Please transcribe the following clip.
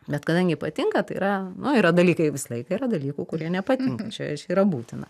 bet kadangi patinka tai yra yra dalykai visą laiką yra dalykų kurie nepatinka čia čia yra būtina